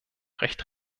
recht